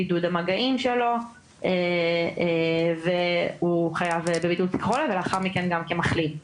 בידוד המגעים שלו והוא חייב בבידוד כחולה ולאחר מכן גם כמחלים,